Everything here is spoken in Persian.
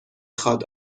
خواد